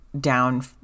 down